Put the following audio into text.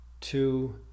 two